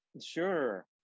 Sure